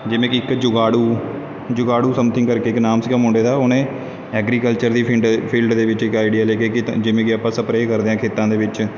ਜਿਵੇਂ ਕਿ ਇੱਕ ਜੁਗਾੜੂ ਜੁਗਾੜੂ ਸਮਥਿੰਗ ਕਰਕੇ ਇਕ ਨਾਮ ਸੀਗਾ ਮੁੰਡੇ ਦਾ ਉਹਨੇ ਐਗਰੀਕਲਚਰ ਦੀ ਫੀਡ ਫੀਲਡ ਦੇ ਵਿੱਚ ਇਕ ਆਈਡੀਆ ਲੈ ਕੇ ਕੀ ਜਿਵੇਂ ਕੀ ਆਪਾਂ ਸਪਰੇ ਕਰਦੇ ਹਾਂ ਖੇਤਾਂ ਦੇ ਵਿੱਚ